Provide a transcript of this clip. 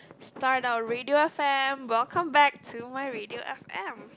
start our radio F_M welcome back to my radio F_M